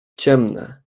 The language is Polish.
ciemne